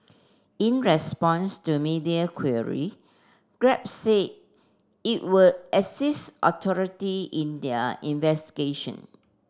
in response to media query Grab said it would assist authority in their investigation